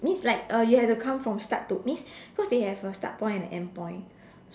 means like uh you have to come from start to means because they have a start point and an end point